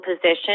position